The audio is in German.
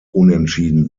unentschieden